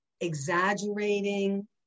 exaggerating